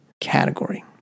category